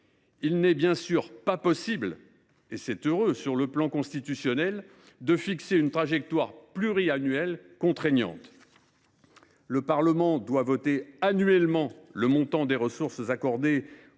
Il n’est bien sûr pas possible – et c’est heureux – sur le plan constitutionnel de fixer une trajectoire pluriannuelle contraignante. Le Parlement doit voter annuellement le montant des ressources accordées